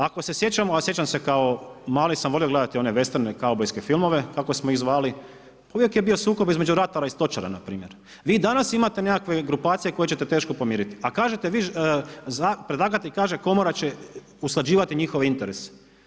Ako se sjećamo a sjećam se kao mali sam volio gledati one vesterne, kaubojske filmove kako smo ih zvali, uvijek je bio sukob između ratara i stočara npr. Vi danas imate neke grupacije koje ćete teško pomiriti a kažete, predlagatelj kaže komora će usklađivati njihove interese.